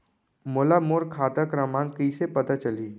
मोला मोर खाता क्रमाँक कइसे पता चलही?